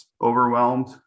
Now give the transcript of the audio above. overwhelmed